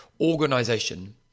organization